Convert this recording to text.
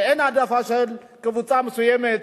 שאין העדפה של קבוצה מסוימת,